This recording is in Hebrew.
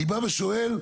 אני שואל,